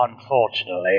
unfortunately